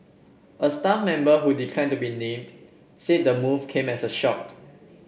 a staff member who declined to be named said the move came as a shock